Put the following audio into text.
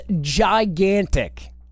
gigantic